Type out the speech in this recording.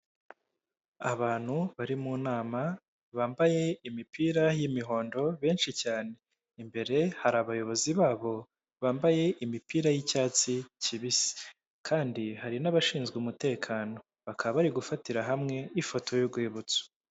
Abantu bari mu nama bambaye imipira y'imihondo benshi cyane, imbere hari abayobozi babo, bambaye imipira y'icyatsi kibisi, kandi hari n'abashinzwe umutekano, bakaba bari gufatira hamwe ifoto y'urwibutso.